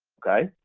okay?